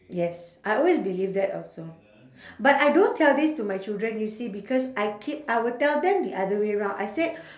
yes I always believe that also but I don't tell this to my children you see because I keep I will tell them the other way round I said